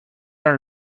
are